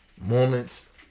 moments